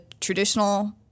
traditional